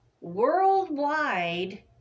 worldwide